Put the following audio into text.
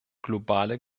globale